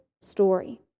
story